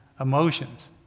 emotions